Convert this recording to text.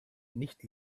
nicht